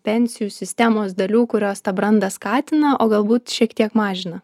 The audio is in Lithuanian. pensijų sistemos dalių kurios tą brandą skatina o galbūt šiek tiek mažina